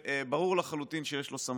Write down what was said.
שברור לחלוטין שיש לו סמכות.